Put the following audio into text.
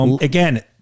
Again